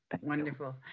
Wonderful